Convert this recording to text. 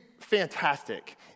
fantastic